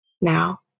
...now